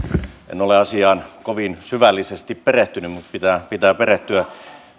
etten ole asiaan kovin syvällisesti perehtynyt mutta pitää pitää perehtyä